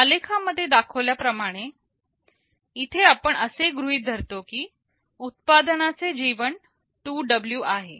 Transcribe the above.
आलेखा मध्ये दाखवल्या प्रमाणे इथे आपण असे गृहीत धरतो की उत्पादनाचे जीवन 2W आहे